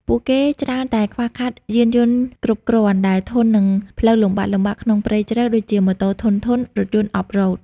ពួកគេច្រើនតែខ្វះខាត យានយន្តគ្រប់គ្រាន់ ដែលធន់នឹងផ្លូវលំបាកៗក្នុងព្រៃជ្រៅ ដូចជាម៉ូតូធន់ៗ រថយន្ត Off road។